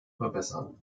verbessern